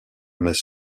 mais